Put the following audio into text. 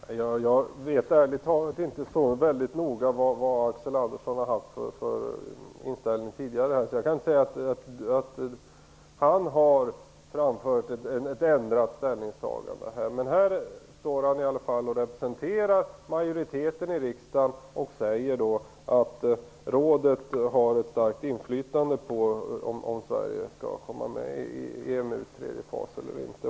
Fru talman! Jag vet ärligt talat inte vilken inställning Axel Andersson har haft tidigare, så jag kan inte säga att han har framfört ett ändrat ställningstagande. Men här står han i alla fall som representant för majoriteten i riksdagen och säger att rådet har ett starkt inflytande i frågan om Sverige skall komma med i EMU:s tredje fas eller inte.